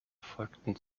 folgten